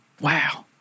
Wow